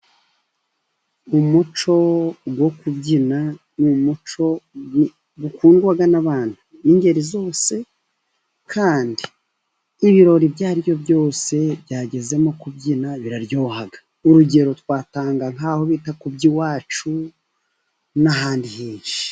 umuco wo kubyina ni umuco ukundwa n'abantu b'ingeri zose, kandi ibirori ibyo aribyo byose byagezemo kubyina biraryoha. Urugero twatanga nk'aho bita ku Byiwacu, n'ahandi henshi.